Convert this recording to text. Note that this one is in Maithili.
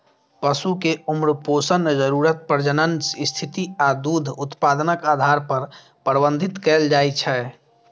पशु कें उम्र, पोषण जरूरत, प्रजनन स्थिति आ दूध उत्पादनक आधार पर प्रबंधित कैल जाइ छै